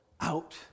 out